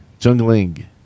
Jungling